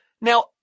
Now